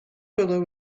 below